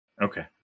Okay